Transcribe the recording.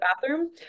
bathroom